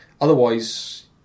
otherwise